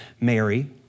Mary